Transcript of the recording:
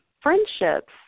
friendships